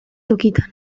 tokitan